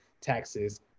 taxes